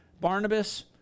Barnabas